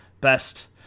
best